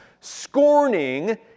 scorning